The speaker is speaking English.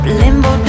limbo